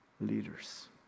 leaders